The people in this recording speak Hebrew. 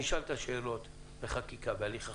נשאל שאלות בהליך החקיקה.